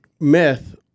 meth